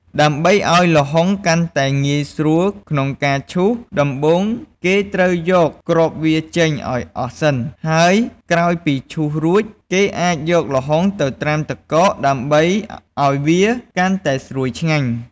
ដើម្បីឱ្យល្ហុងកាន់តែងាយស្រួលក្នុងការឈូស ដំបូងគេត្រូវយកគ្រាប់វាចេញឱ្យអស់សិន ហើយក្រោយពីឈូសរួច គេអាចយកល្ហុងទៅត្រាំទឹកកកដើម្បីឱ្យវាកាន់តែស្រួយឆ្ងាញ់។